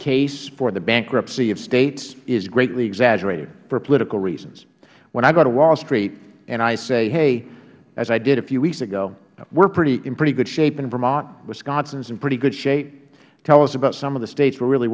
case for the bankruptcy of states is greatly exaggerated for political reasons when i go to wall street and i say hey as i did a few weeks ago we are in pretty good shape in vermont wisconsin is in pretty good shape tell us about some of the states we are really